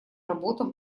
работам